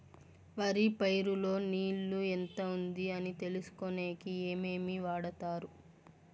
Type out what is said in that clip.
వరి పైరు లో నీళ్లు ఎంత ఉంది అని తెలుసుకునేకి ఏమేమి వాడతారు?